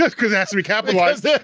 ah cause it has to be capitalized. it